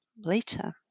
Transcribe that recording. later